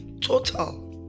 total